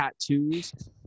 tattoos